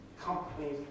companies